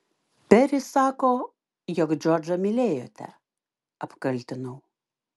peris sako jog džordžą mylėjote apkaltinau